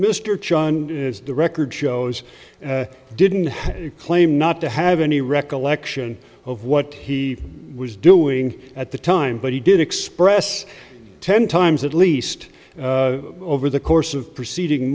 mr john the record shows didn't claim not to have any recollection of what he was doing at the time but he did express ten times at least over the course of proceeding